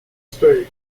state